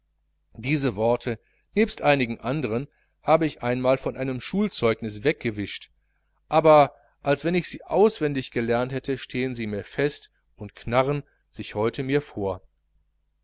diese worte nebst einigen andern habe ich einmal von einem schulzeugnis weggewischt aber als wenn ich sie auswendig gelernt hätte stehen sie in mir fest und knarren sich heute mir vor